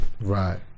Right